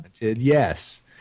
Yes